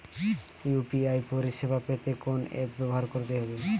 UPI পরিসেবা পেতে কোন অ্যাপ ব্যবহার করতে হবে?